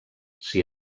s’hi